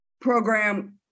program